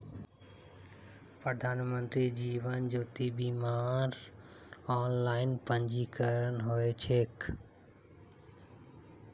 प्रधानमंत्री जीवन ज्योति बीमार ऑनलाइन पंजीकरण ह छेक